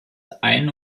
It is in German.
ein